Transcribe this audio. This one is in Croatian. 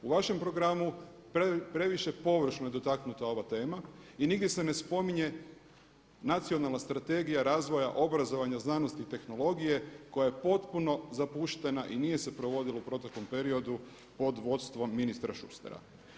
U vašem programu previše površno je dotaknuta ova tema i nigdje se ne spominje nacionalna strategija razvoja obrazovanja, znanosti i tehnologije koja je potpuno zapuštena i nije se provodilo u proteklom periodu pod vodstvom ministra Šustera.